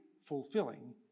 fulfilling